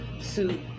suit